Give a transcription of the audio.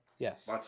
Yes